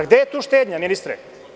Gde je tu štednja, ministre?